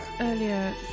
Earlier